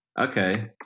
Okay